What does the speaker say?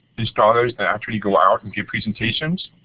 installers that actually go out and give presentations.